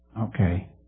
Okay